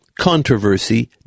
controversy